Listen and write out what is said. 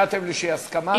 הגעתן להסכמה כלשהי?